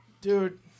Dude